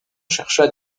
chercha